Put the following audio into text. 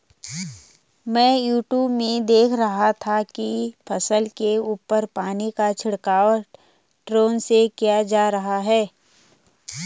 मैं यूट्यूब में देख रहा था कि फसल के ऊपर पानी का छिड़काव ड्रोन से किया जा रहा है